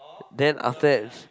then after that